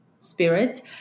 Spirit